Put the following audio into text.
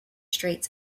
streets